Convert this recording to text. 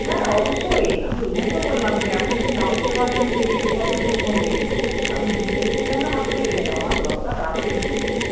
হ্যাঁ অবশ্যই আমি ওই জন্য তো বললাম যে এখন যদি নাও দিতে পারেন এই পেপার দুটোর সঙ্গে আপনি বিকেলেও দেন আমার চলে যাবে আমার দরকার রাত্রে কিন্তু